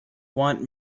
want